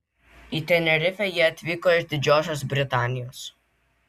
į tenerifę jie atvyko iš didžiosios britanijos